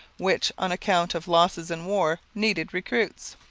which, on account of losses in war, needed recruits.